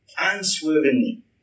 unswervingly